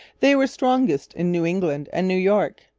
they were strongest in new england and new york.